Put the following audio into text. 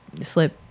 slip